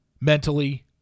mentally